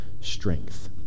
strength